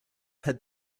had